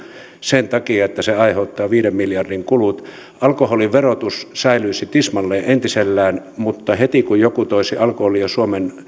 sen takia että se aiheuttaa viiden miljardin kulut alkoholiverotus säilyisi tismalleen entisellään mutta heti kun joku toisi alkoholia suomen